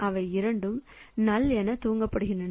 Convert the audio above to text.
அவை இரண்டும் NULL என துவக்கப்பட்டுள்ளன